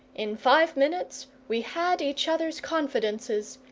in five minutes we had each other's confidences,